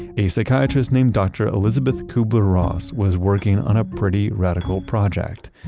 a psychiatrist named dr. elisabeth kubler-ross was working on a pretty radical project.